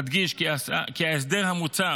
אדגיש כי ההסדר המוצע